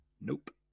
Nope